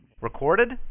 Recorded